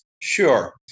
Sure